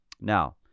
Now